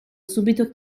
subito